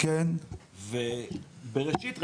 ובראשית,